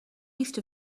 east